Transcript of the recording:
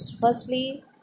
firstly